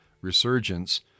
resurgence